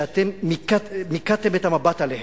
קבוצות שאתם מיקדתם את המבט עליהן,